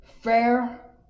fair